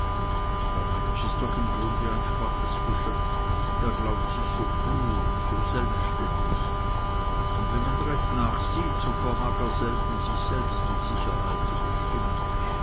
der mensch ist doch im grunde ein schwaches geschöpf er glaubt sich so klug so selbständig und wenn man recht nachsieht so vermag er selten sich mit sicherheit zu bestimmen